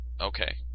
Okay